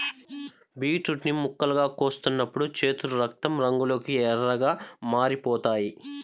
beetroot ని ముక్కలుగా కోస్తున్నప్పుడు చేతులు రక్తం రంగులోకి ఎర్రగా మారిపోతాయి